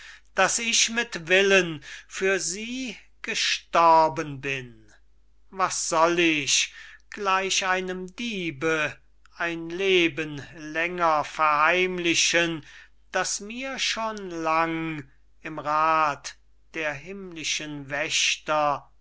daß ich mit willen für sie gestorben bin was soll ich gleich einem diebe ein leben länger verheimlichen das mir schon lang im rathe der himmlischen wächter